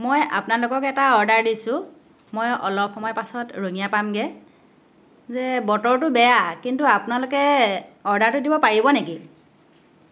মই আপোনালোকক এটা অৰ্ডাৰ দিছোঁ মই অলপ সময় পাছত ৰঙিয়া পামগৈ যে বতৰটো বেয়া কিন্তু আপোনালোকে অৰ্ডাৰটো দিব পাৰিব নেকি